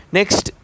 Next